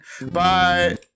bye